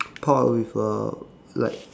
pot with a like